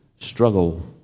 struggle